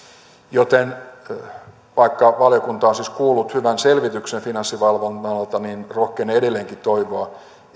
vaikka valiokunta on siis kuullut hyvän selvityksen finanssivalvonnalta rohkenen edelleenkin toivoa